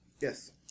Yes